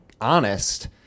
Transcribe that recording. honest